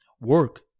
work